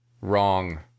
Wrong